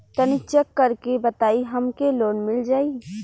तनि चेक कर के बताई हम के लोन मिल जाई?